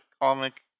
comic